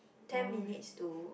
ten minutes to